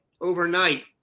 overnight